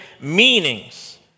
meanings